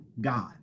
God